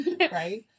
right